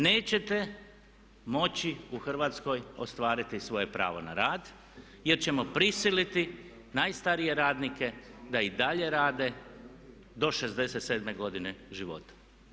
Nećete moći u Hrvatskoj ostvariti svoje pravo na rad jer ćemo prisiliti najstarije radnike da i dalje rade do 67. godine života.